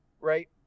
right